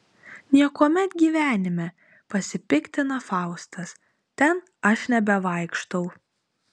niekuomet gyvenime pasipiktina faustas ten aš nebevaikštau